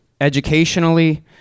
educationally